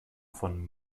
von